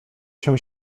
się